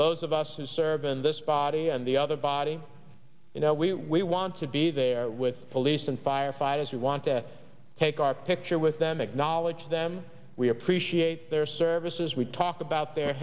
those of us and serve in this body and the other body you know we we want to be there with police and firefighters who want to take our picture with them acknowledge them we appreciate their services we talk about their